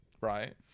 right